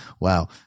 Wow